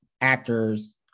actors